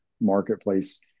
marketplace